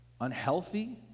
unhealthy